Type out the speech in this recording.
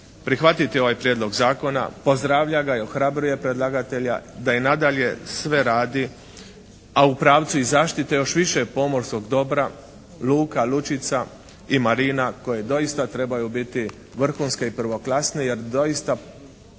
prihvatiti ovaj Prijedlog zakona, pozdravlja ga i ohrabruje predlagatelja da i nadalje sve radi, a u pravcu i zaštite još više pomorskog dobra, luka, lučica i marina koje doista trebaju biti vrhunske i prvoklasne, jer doista